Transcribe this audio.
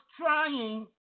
trying